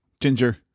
Ginger